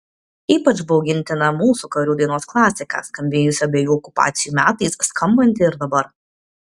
ypač baugintina mūsų karių dainos klasika skambėjusi abiejų okupacijų metais skambanti ir dabar